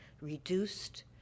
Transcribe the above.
reduced